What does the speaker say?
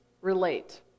relate